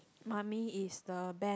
mummy is the be~